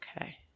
Okay